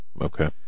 okay